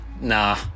nah